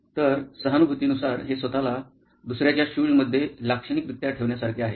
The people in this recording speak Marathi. तर सहानुभूती नुसार हे स्वत ला दुसर्याच्या शूज मध्ये लाक्षणिकरित्या ठेवण्यासारखे आहे